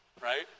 right